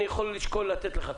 אני יכול לשקול לתת לך.